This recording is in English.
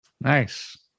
Nice